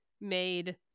made